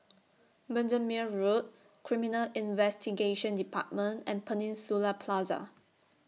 Bendemeer Road Criminal Investigation department and Peninsula Plaza